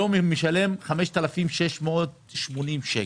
היום הוא משלם 5,680 שקלים.